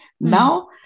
Now